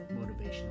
motivational